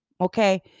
okay